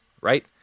Right